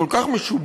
כל כך משובשים,